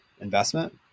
investment